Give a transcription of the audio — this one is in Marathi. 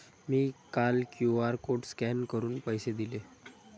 मी काल क्यू.आर कोड स्कॅन करून पैसे दिले